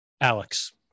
Alex